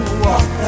walk